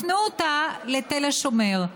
הפנו אותה לתל השומר.